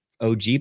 og